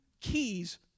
Keys